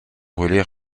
brûlées